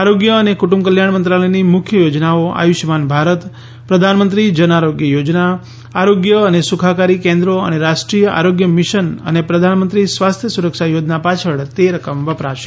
આરોગ્ય અને કુટુંબ કલ્યાણ મંત્રાલયની મુખ્ય યોજનાઓ આયુષ્માન ભારત પ્રધાનમંત્રી જન આરોગ્ય યોજના આરોગ્ય અને સુખાકારી કેન્દ્રો અને રાષ્ટ્રીય આરોગ્ય મિશન અને પ્રધાનમંત્રી સ્વાસ્થ્ય સુરક્ષા યોજના પાછળ તે રકમ વપરાશે